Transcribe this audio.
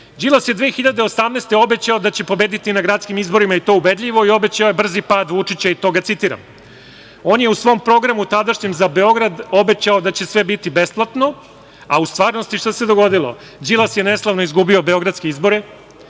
Đilas je 2018. godine obećao da će pobediti na gradskim izborima, i to ubedljivo, i obećao je brzi pad Vučića, i to ga citiram. On je u svom programu tadašnjem za Beograd obećao da će sve biti besplatno, a u stvarnosti šta se dogodilo? Đilas je neslavno izgubio beogradske izbore,